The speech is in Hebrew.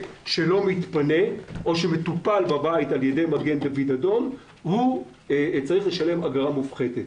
שלא מתפנה או שמטופל בבית על ידי מגן דוד אדום צריך לשלם אגרה מופחתת.